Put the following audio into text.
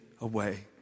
away